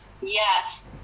Yes